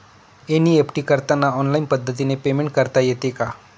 NEFT करताना online पद्धतीने payment करता येते का?